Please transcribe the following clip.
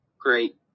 Great